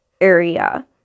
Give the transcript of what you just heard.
area